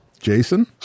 Jason